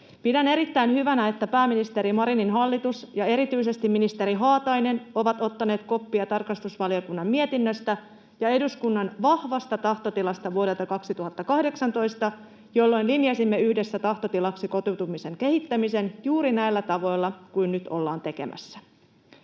Pidän erittäin hyvänä, että pääministeri Marinin hallitus ja erityisesti ministeri Haatainen ovat ottaneet koppia tarkastusvaliokunnan mietinnöstä ja eduskunnan vahvasta tahtotilasta vuodelta 2018, jolloin linjasimme yhdessä tahtotilaksi kotoutumisen kehittämisen juuri näillä tavoilla kuin nyt ollaan tekemässä.